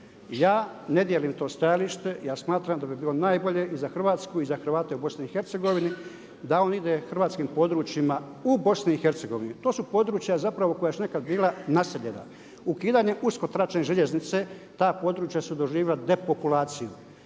Ja ne dijelim to stajalište. Ja smatram da bi bilo najbolje i za Hrvatsku i za Hrvate u BiH da on ide hrvatskim područjima u BiH. To su područja zapravo koja su nekad bila naseljena. Ukidanjem uskotračne željeznice ta područja su doživjela depopulaciju.